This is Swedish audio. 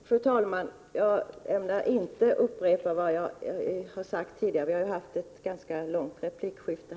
Fru talman! Jag ämnar inte upprepa vad jag har sagt tidigare. Vi har redan haft ett ganska långt replikskifte.